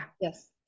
Yes